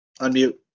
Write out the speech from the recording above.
unmute